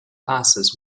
passes